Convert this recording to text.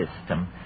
system